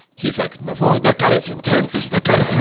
he's like, naval, that guy is intense, that guy is